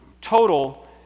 total